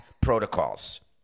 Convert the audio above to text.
protocols